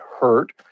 hurt